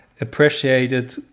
appreciated